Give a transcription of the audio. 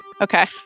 Okay